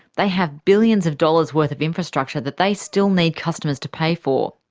they have billions of dollars' worth of infrastructure that they still need customers to pay for.